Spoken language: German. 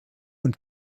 und